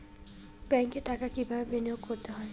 ব্যাংকে টাকা কিভাবে বিনোয়োগ করতে হয়?